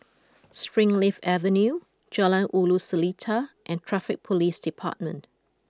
Springleaf Avenue Jalan Ulu Seletar and Traffic Police Department